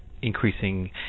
Increasing